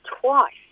twice